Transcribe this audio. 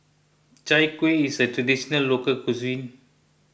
Chai Kueh is a Traditional Local Cuisine